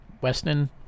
Weston